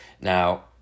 Now